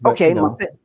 Okay